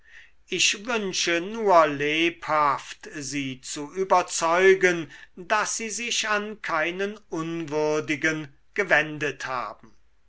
ich wünsche nur lebhaft sie zu überzeugen daß sie sich an keinen unwürdigen gewendet haben